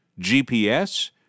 GPS